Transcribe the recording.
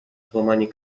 złamanie